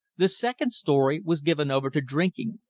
the second story was given over to drinking.